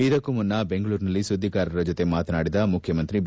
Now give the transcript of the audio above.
ಇದಕ್ಕೂ ಮುನ್ನ ಬೆಂಗಳೂರಿನಲ್ಲಿ ಸುದ್ದಿಗಾರರ ಜೊತೆ ಮಾತನಾಡಿದ ಮುಖ್ಯಮಂತ್ರಿ ಬಿ